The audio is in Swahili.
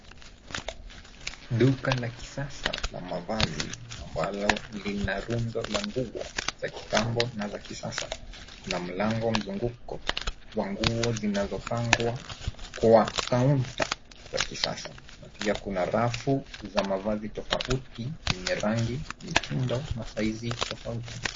Duka la kisasa la mavazi ambalo lina rundo la nguo za kitambo na za kisasa na mlango mzunguko wa nguo zinazo pangwa kwa kaunta za kisasa na pia kuna rafu za mavazi tofauti yenye rangi, mitindo na [cs ] saizi[cs ] tofauti.